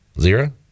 Zero